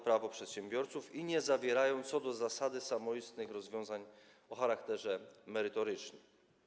Prawo przedsiębiorców i nie zawierają co do zasady samoistnych rozwiązań o charakterze merytorycznym.